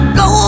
go